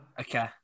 Okay